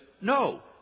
no